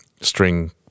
string